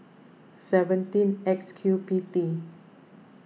seventeen X Q P T